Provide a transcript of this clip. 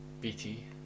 BT